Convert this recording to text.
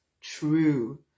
true